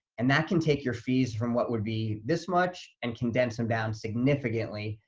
and that can take your fees from what would be this much and condense them down significantly,